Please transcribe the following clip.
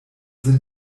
sind